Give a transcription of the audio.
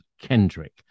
Kendrick